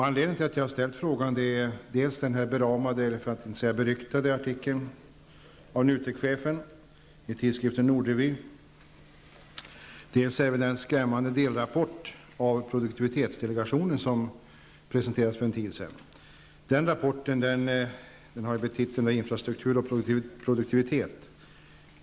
Anledningen till att jag ställde frågan är dels den beramade, eller beryktade, artikeln av NUTEK-chefen i tidskriften Nord-revy, dels en skrämmande delrapport av produktivitetsdelegationen som presenterades för en tid sedan. Den rapporten har titeln Infrastruktur och produktivitet.